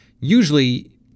Usually